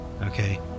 Okay